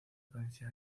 provincia